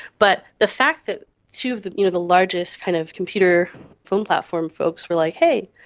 but the fact that two of the you know the largest kind of computer phone platform folks were like, hey,